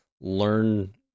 learn